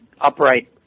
upright